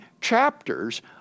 chapters